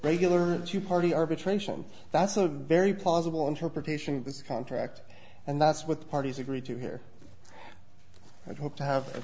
regular two party arbitration that's a very plausible interpretation of the contract and that's what the parties agreed to hear and hope to have